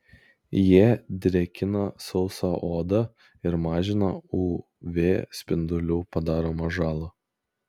jie drėkina sausą odą ir mažina uv spindulių padaromą žalą